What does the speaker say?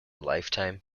lifetime